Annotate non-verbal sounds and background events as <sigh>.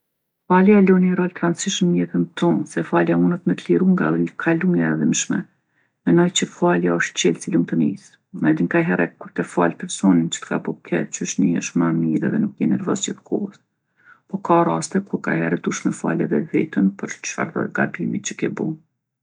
Falja lun ni rol t'randishëm në jetë tonë se falja munët me t'liru nga <unintelligible> kalumja e dhimshme. Menoj që falja osht çelsi lumtunisë. A din kajhere kur te fal personin që t'ka bo keq qysh nihesh ma mire edhe nuk je nervoz gjithë kohës. Po ka raste kur kajhere duhesh me fal edhe vetën për çfardo gabimi që ke bo.